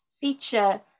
feature